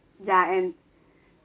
ya and